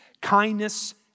kindness